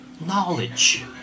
knowledge